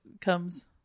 comes